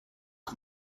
out